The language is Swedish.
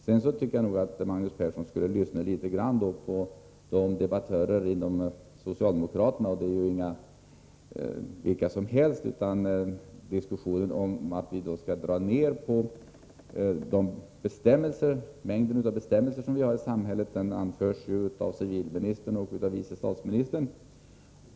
Sedan tycker jag att Magnus Persson skall lyssna litet på vad andra debattörer inom socialdemokratin säger — och det är inte vilka som helst. I diskussionen om att dra ned på mängden bestämmelser i samhället företräds nämligen socialdemokraterna av civilministern och av vice statsministern.